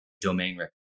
domain